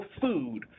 food